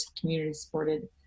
community-supported